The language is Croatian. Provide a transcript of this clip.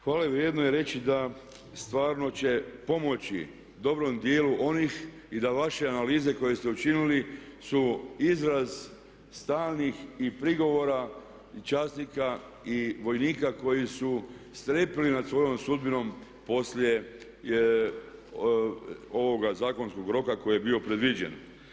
Hvale vrijedno je reći da stvarno će pomoći dobrom djelu onih i da vaše analize koje ste učinili su izraz stalnih i prigovora i časnika i vojnika koji su strepili nad svojom sudbinom poslije ovoga zakonskog roka koji je bio predviđen.